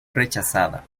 rechazada